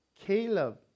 Caleb